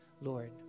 Lord